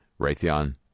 Raytheon